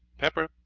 pepper,